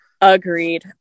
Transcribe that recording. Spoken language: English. Agreed